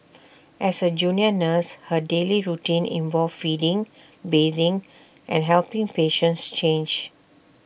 as A junior nurse her daily routine involved feeding bathing and helping patients change